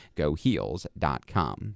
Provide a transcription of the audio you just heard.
goheels.com